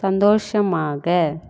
சந்தோஷமாக